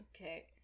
Okay